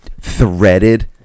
threaded